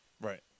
Right